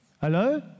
Hello